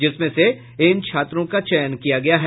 जिसमें से इन छात्रों का चयन किया गया है